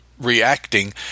reacting